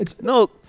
No